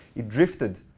it drifted